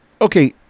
Okay